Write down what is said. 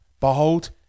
Behold